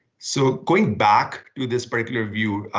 so going back to this particular view,